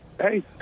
hey